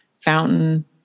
Fountain